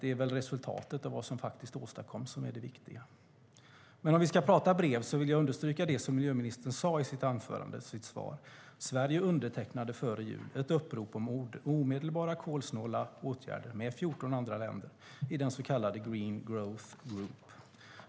Det är väl resultatet och vad som faktiskt åstadkoms som är det viktiga. Men om vi ska prata brev vill jag understryka det som miljöministern sade i sitt svar: Sverige undertecknade före jul ett upprop om omedelbara kolsnåla åtgärder med 14 andra länder i den så kallade Green Growth Group.